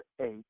eight